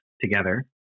together